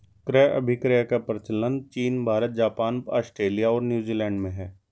क्रय अभिक्रय का प्रचलन चीन भारत, जापान, आस्ट्रेलिया और न्यूजीलैंड में है